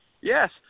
Yes